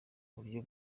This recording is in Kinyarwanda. buryo